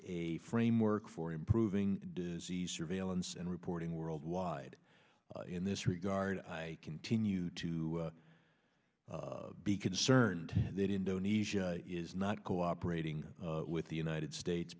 a framework for improving disease surveillance and reporting worldwide in this regard i continue to be concerned that indonesia is not cooperating with the united states